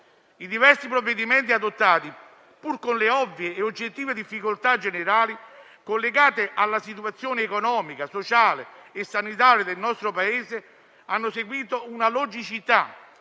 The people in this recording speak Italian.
I diversi provvedimenti adottati, pur con le ovvie e oggettive difficoltà generali, collegate alla situazione economica, sociale e sanitaria del nostro Paese, hanno seguito una logicità